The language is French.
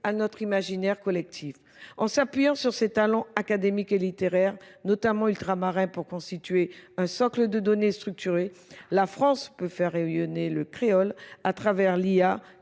à notre imaginaire collectif. En s'appuyant sur ces talents académiques et littéraires, notamment ultramarins pour constituer un socle de données structuré, la France peut faire réunionner le créole à travers l'IA,